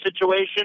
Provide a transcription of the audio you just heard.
situation